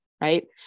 right